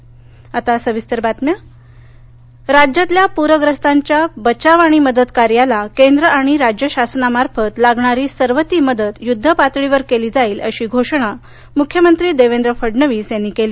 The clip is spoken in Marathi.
महाराष्ट पर राज्यातल्या पूरग्रस्तांच्या बचाव आणि मदत कार्याला केंद्र आणि राज्य शासनामार्फत लागणारी सर्व ती मदत युद्धपातळीवर केली जाईल अशी घोषणा मुख्यमंत्री देवेंद्र फडणवीस यांनी केली